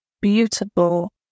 Beautiful